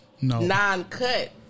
non-cut